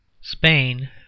SPAIN